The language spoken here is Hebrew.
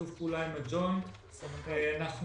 בשיתוף פעולה עם הג'וינט את קרן הסיוע שרון ברקאי דיבר עליה.